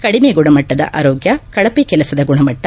ಕಡಿಮೆ ಗುಣಮಟ್ಟದ ಆರೋಗ್ನ ಕಳಪೆ ಕೆಲಸದ ಗುಣಮಟ್ಟ